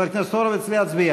חבר הכנסת הורוביץ, להצביע.